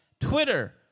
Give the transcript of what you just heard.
Twitter